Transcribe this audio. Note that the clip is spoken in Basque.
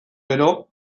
gero